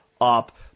up